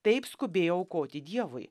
taip skubėjo aukoti dievui